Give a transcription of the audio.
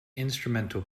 instrumental